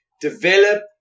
develop